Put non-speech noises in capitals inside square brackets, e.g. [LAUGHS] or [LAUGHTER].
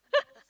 [LAUGHS]